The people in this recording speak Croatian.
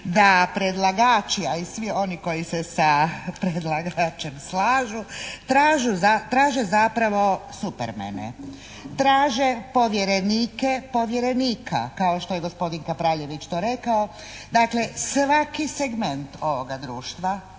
da predlagači, a i svi oni koji se sa predlagačem slažu traže zapravo supermene, traže povjerenike povjerenika kao što je gospodin Kapraljević to rekao. Dakle, svaki segment ovoga društva